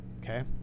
okay